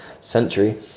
Century